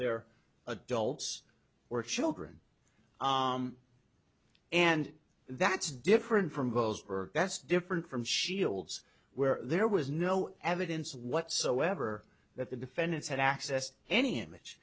they're adults or children and that's different from those that's different from shields where there was no evidence whatsoever that the defendants had access to any image